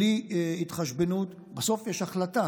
בלי התחשבנות, בסוף יש החלטה,